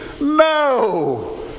No